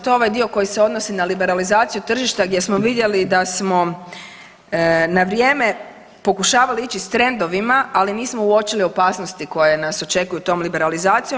To je ovaj dio koji se odnosi na liberalizaciju tržišta gdje smo vidjeli da smo na vrijeme pokušavali ići s trendovima, ali nismo uočili opasnosti koje nas očekuju tom liberalizacijom.